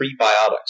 prebiotics